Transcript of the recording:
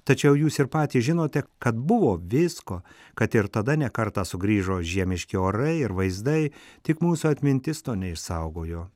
tačiau jūs ir patys žinote kad buvo visko kad ir tada ne kartą sugrįžo žiemiški orai ir vaizdai tik mūsų atmintis to neišsaugojo